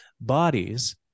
bodies